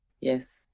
Yes